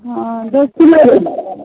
हॅं देखने रही